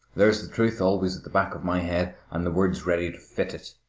there's the truth always at the back of my head, and the words ready to fit it,